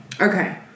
Okay